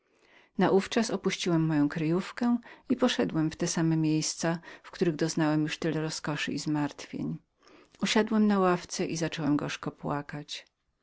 prado naówczas opuściłem moją kryjówkę i poszedłem w te same miejsca w których doznałem już tyle roskoszy i zmartwień usiadłem na wczorajszej ławce i zacząłem gorzko płakać